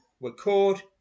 record